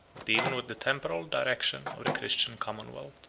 but even with the temporal direction of the christian commonwealth.